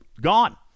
Gone